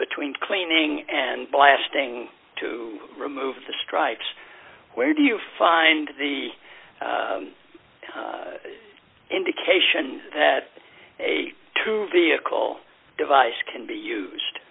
between cleaning and blasting to remove the strikes where do you find the indication that a vehicle device can be used